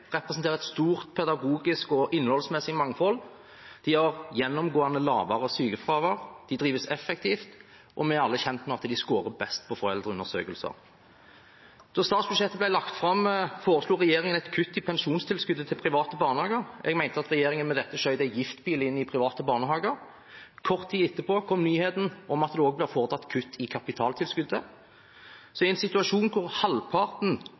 representerer et stort pedagogisk og innholdsmessig mangfold. De har gjennomgående lavere sykefravær og drives effektivt. Vi er alle kjent med at de skårer best på foreldreundersøkelser. Da statsbudsjettet ble lagt fram, foreslo regjeringen et kutt i pensjonstilskuddet til private barnehager. Jeg mener at regjeringen med dette skjøt en giftpil inn i private barnehager. Kort tid etterpå kom nyheten om at det også blir foretatt kutt i kapitaltilskuddet. Så i en situasjon der halvparten